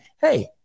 hey